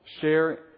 share